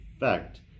effect